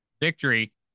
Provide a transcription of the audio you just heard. victory